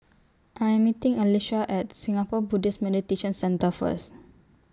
I Am meeting Alysha At Singapore Buddhist Meditation Centre First